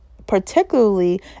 particularly